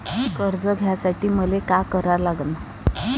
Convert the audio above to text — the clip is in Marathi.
कर्ज घ्यासाठी मले का करा लागन?